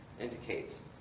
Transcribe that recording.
indicates